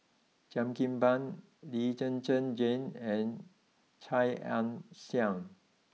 Cheo Kim Ban Lee Zhen Zhen Jane and Chia Ann Siang